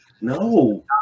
No